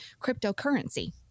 Cryptocurrency